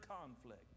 conflict